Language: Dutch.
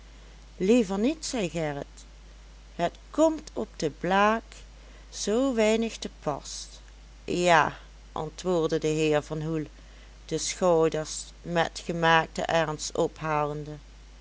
liever niet zei gerrit het komt op de blaak zoo weinig te pas ja antwoordde de heer van hoel de schouders met gemaakten ernst ophalende